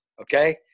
Okay